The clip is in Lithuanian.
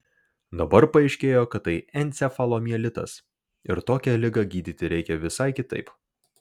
dabar paaiškėjo kad tai encefalomielitas ir tokią ligą gydyti reikia visai kitaip